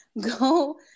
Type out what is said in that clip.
go